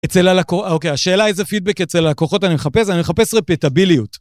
אצל הלקוח, אוקיי, השאלה איזה פידבק אצל הלקוחות, אני מחפש, אני מחפש רפיטביליות.